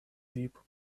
deep